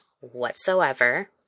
whatsoever